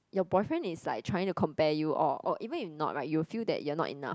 your boyfriend is like trying to compare you or or even if not right you will feel that you're not enough